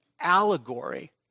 allegory